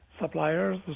suppliers